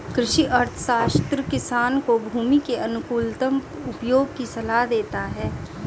कृषि अर्थशास्त्र किसान को भूमि के अनुकूलतम उपयोग की सलाह देता है